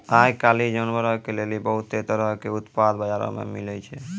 आइ काल्हि जानवरो के लेली बहुते तरहो के उत्पाद बजारो मे मिलै छै